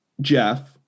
Jeff